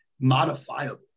modifiable